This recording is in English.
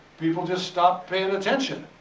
people just stopped paying attention.